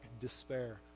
despair